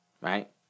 right